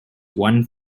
one